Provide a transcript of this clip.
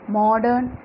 modern